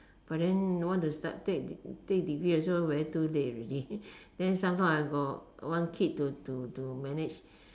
but then what does what does that take degree also too late already and then some more I got got got one kid to manage